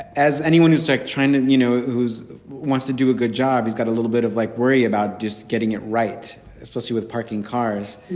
as anyone who's, like, trying to, you know, wants to do a good job. he's got a little bit of, like, worry about just getting it right, especially with parking cars.